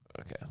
Okay